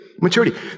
maturity